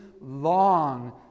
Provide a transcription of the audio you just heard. long